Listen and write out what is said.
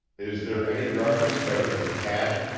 is there any reference better than cash?